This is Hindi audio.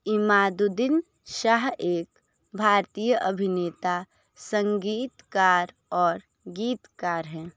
इमादुद्दीन शाह एक भारतीय अभिनेता संगीतकार और गीतकार हैं